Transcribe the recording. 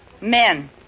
Men